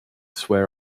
swear